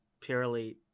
purely